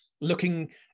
looking